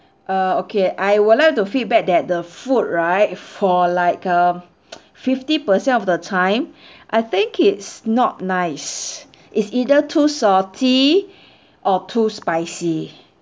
err okay I would like to feedback that the food right for like um fifty percent of the time I think it's not nice it's either too salty or too spicy